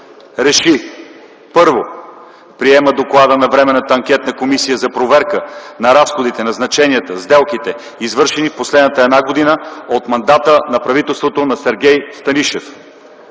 РЕШИ: 1. Приема Доклада на Временната анкетна комисия за проверка на разходите, назначенията и сделките, извършени в последната една година от мандата на правителството на Сергей Станишев.